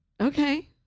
Okay